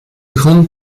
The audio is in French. grande